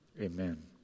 Amen